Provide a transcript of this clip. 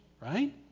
right